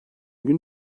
günü